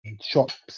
shops